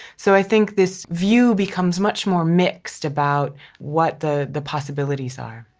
so i think this view becomes much more mixed about what the the possibilities are